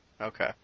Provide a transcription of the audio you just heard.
Okay